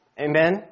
Amen